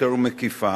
יותר מקיפה,